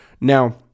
Now